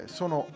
sono